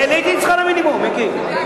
אני העליתי את שכר המינימום, מיקי.